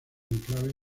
enclave